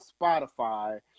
Spotify